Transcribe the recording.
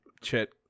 Chet